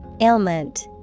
Ailment